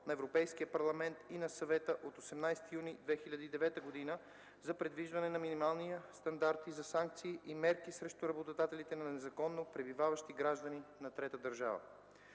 на Европейския парламент и на Съвета от 18 юни 2009 г. за предвиждане на минимални стандарти за санкциите и мерките срещу работодатели на незаконно пребиваващи граждани на трета държава.